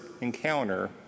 encounter